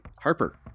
Harper